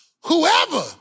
Whoever